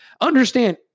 Understand